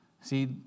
See